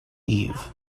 eve